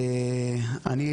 אני,